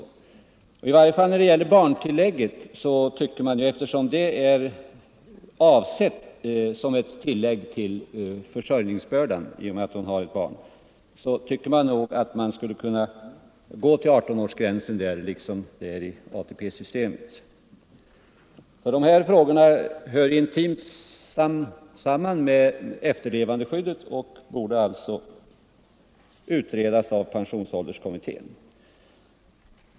Motionärerna anser att man i varje fall för barntillägget skulle kunna tillämpa den 18-årsgräns som gäller i ATP-systemet. De frågorna hör intimt samman med efterlevandeskyddet och borde alltså utredas av pensionsålderskommittén.